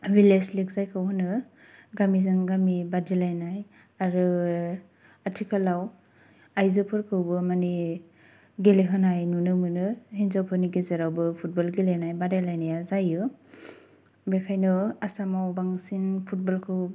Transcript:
बिलेज league जायखौ होनो गामिजों गामि बादिलायनाय आरो आथिखालाव आइजो फोरखौबो मानि गेलेहोनाय नुनो मोनो हिनजाव फोरनि गेजेरावबो फुटबल खौबो गेलेनाय बादायलायनाया जायो बेखायनो आसामाव बांसिन फुटबल खौ